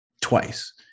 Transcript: twice